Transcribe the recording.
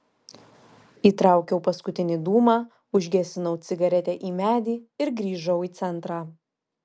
įtraukiau paskutinį dūmą užgesinau cigaretę į medį ir grįžau į centrą